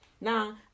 Now